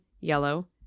yellow